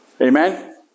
Amen